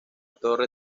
torre